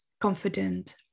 confident